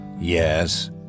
Yes